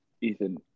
Ethan